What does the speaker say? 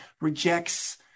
rejects